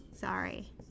Sorry